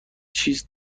چیزی